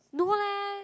no leh